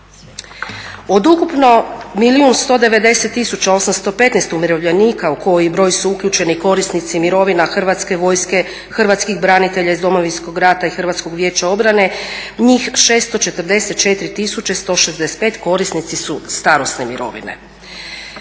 tisuća 815 umirovljenika u koji broj su uključeni korisnici mirovina Hrvatske vojske, hrvatskih branitelja iz Domovinskog rata i Hrvatskog vijeća obrane njih 664 tisuće 165 korisnici su starosne mirovine.